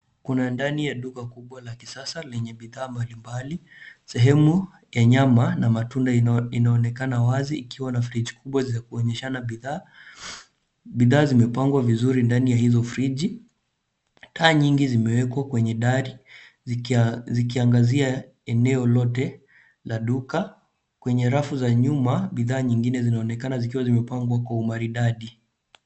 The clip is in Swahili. Kuna ndani ya duka kubwa la kisasa lenye bidhaa mbalimbali. Sehemu ya nyama na matunda inaonekana wazi ikiwa na fridge kubwa za kuonyeshana bidhaa. Bidhaa zimepangwa vizuri ndani ya hizo friji. Taa nyingi zimewekwa kwenye dari zikiangazia eneo lote la duka, kwenye rafu za nyuma, bidhaa nyingine zinaonekana zikiwa zimepangwa kwa umaridadi.